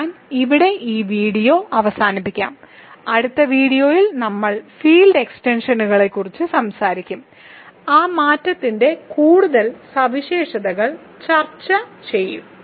ഞാൻ ഇവിടെ വീഡിയോ അവസാനിപ്പിക്കാം അടുത്ത വീഡിയോ നമ്മൾ ഫീൽഡ് എക്സ്റ്റെൻഷനുകളെക്കുറിച്ച് സംസാരിക്കുകയും ആ മാറ്റത്തിന്റെ കൂടുതൽ സവിശേഷതകൾ ചർച്ച ചെയ്യുകയും ചെയ്യും